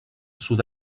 sud